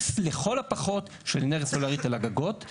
לכל הפחות של אנרגיה סולרית על הגגות.